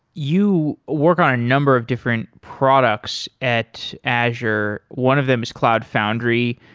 you work on a number of different products at azure. one of them is cloud foundry.